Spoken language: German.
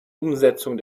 umsetzung